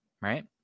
right